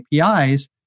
APIs